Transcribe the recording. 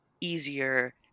easier